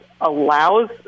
allows